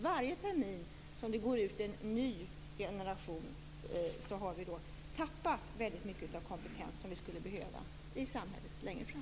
Varje termin som det går ut en ny generation har vi tappat mycket kompetens som vi skulle behöva i samhället längre fram.